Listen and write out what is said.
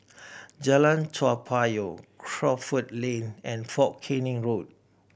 Jalan Toa Payoh Crawford Lane and Fort Canning Road